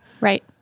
Right